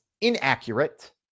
inaccurate